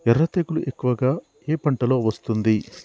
ఎర్ర తెగులు ఎక్కువగా ఏ పంటలో వస్తుంది?